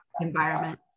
environment